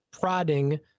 prodding